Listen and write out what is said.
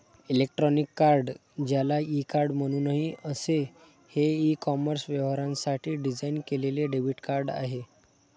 electronic card, ज्याला e card म्हणूनही असते, हे ई कॉमर्स व्यवहारांसाठी डिझाइन केलेले डेबिट कार्ड आहे